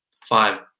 five